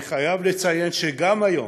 אני חייב לציין שגם היום,